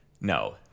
No